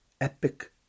epic